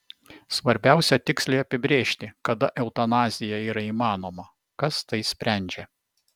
svarbiausia tiksliai apibrėžti kada eutanazija yra įmanoma kas tai sprendžia